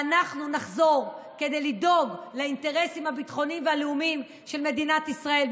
ואנחנו נחזור כדי לדאוג לאינטרסים הביטחוניים והלאומיים של מדינת ישראל,